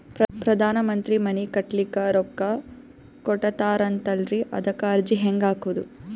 ಪ್ರಧಾನ ಮಂತ್ರಿ ಮನಿ ಕಟ್ಲಿಕ ರೊಕ್ಕ ಕೊಟತಾರಂತಲ್ರಿ, ಅದಕ ಅರ್ಜಿ ಹೆಂಗ ಹಾಕದು?